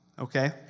Okay